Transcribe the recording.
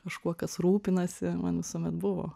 kažkuo kas rūpinasi mano visuomet buvo